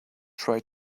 try